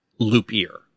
loopier